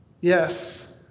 Yes